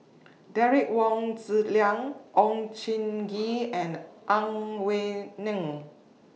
Derek Wong Zi Liang Oon Jin Gee and Ang Wei Neng